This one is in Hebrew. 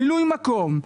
מילוי מקום,